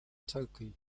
turkey